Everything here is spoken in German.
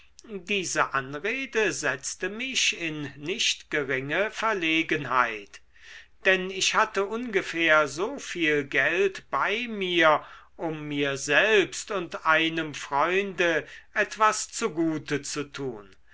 diese anrede setzte mich in nicht geringe verlegenheit denn ich hatte ungefähr so viel geld bei mir um mir selbst und einem freunde etwas zugute zu tun